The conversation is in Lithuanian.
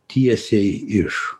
tiesiai iš